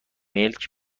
ملک